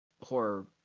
horror